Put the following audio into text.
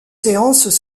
séances